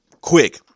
quick